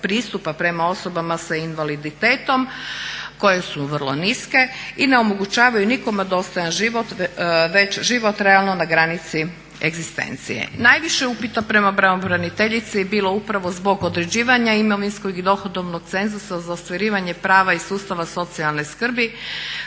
pristupa prema osoba sa invaliditetom koje su vrlo niske i ne omogućavaju nikome dostojan život, već život realno na granici egzistencije. Najviše upita prema pravobraniteljici je bilo upravo zbog određivanja imovinskog i dohodovnog cenzusa za ostvarivanje prva iz sustava socijalne skrbi